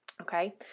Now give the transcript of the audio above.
okay